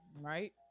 right